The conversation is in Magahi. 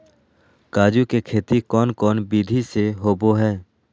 काजू के खेती कौन कौन विधि से होबो हय?